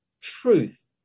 truth